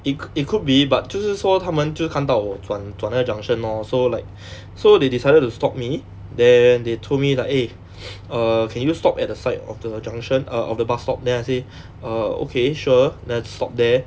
it it could be but 就是说他们就看到我转那个 junction lor so like so they decided to stop me then they told me like eh err can you stop at the side of the junction err of the bus stop then I say err okay sure then I stopped there